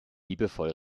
liebevoll